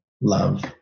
love